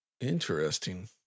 interesting